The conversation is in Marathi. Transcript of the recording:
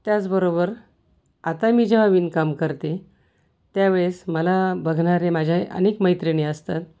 त्याचबरोबर आता मी जेव्हा विणकाम करते त्यावेळेस मला बघणारे माझ्या अनेक मैत्रिणी असतात